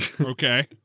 Okay